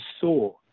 saw